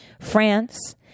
France